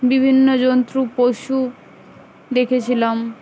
বিভিন্ন জন্তু পশু দেখেছিলাম